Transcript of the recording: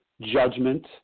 judgment